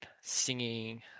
singing